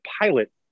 pilot